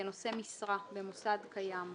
כנושא משרה במוסד קיים,